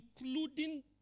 including